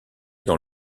dans